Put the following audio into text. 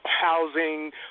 housing